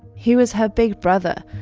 he was her big brother,